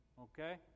Okay